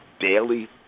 Daily